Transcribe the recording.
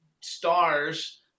stars